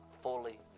fully